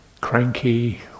cranky